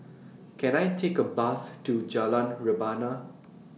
Can I Take A Bus to Jalan Rebana